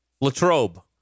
Latrobe